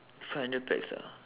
five hundred pax ah